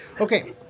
okay